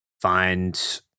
find